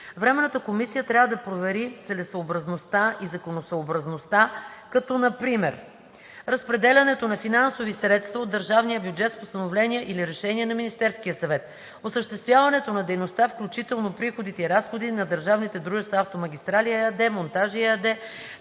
Временната комисия трябва да провери целесъобразността и законосъобразността, като например: - разпределянето на финансови средства от държавния бюджет с постановления или решения на Министерския съвет; - осъществяването на дейността, включително приходите и разходите на държавните